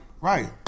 right